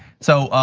so,